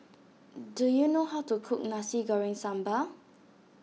do you know how to cook Nasi Goreng Sambal